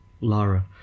Lara